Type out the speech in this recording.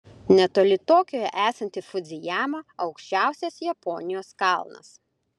netoli tokijo esanti fudzijama aukščiausias japonijos kalnas